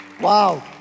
Wow